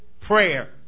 prayer